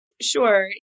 Sure